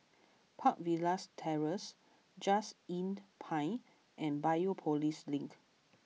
Park Villas Terrace Just Inn Pine and Biopolis Link